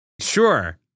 Sure